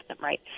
right